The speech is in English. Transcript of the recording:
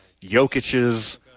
Jokic's